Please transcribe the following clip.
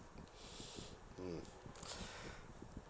mm